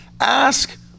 ask